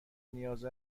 نیاز